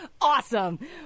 Awesome